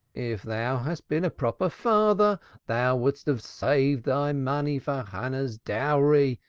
if thou hadst been a proper father thou wouldst have saved thy money for hannah's dowry,